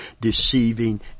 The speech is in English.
deceiving